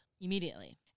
immediately